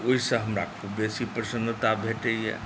तऽ ओहिसँ हमरा खूब बेसी प्रसन्नता भेटैए